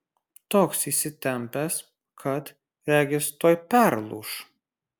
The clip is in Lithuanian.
toks įsitempęs kad regis tuoj perlūš